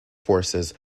forces